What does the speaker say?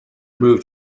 moved